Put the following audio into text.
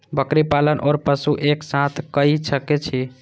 बकरी पालन ओर पशु एक साथ कई सके छी?